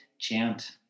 chant